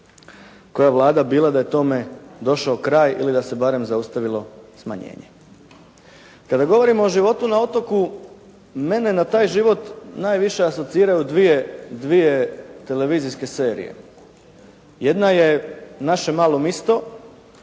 koja vlada bila da je tome došao kraj ili da se barem zaustavilo smanjenje. Kada govorimo o životu na otoku mene na taj život asociraju dvije televizijske serije. Jedna je "Naše malo misto",